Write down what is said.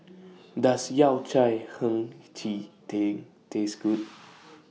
Does Yao Cai Hei Ji Tang Taste Good